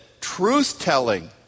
truth-telling